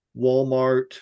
Walmart